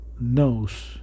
knows